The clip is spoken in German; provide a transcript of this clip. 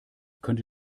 könnte